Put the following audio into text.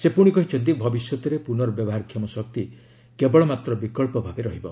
ସେ ପୁଣି କହିଛନ୍ତି ଭବିଷ୍ୟତରେ ପୁର୍ନବ୍ୟବହାରକ୍ଷମ ଶକ୍ତି କେବଳମାତ୍ର ବିକଳ୍ପ ଭାବେ ରହିବ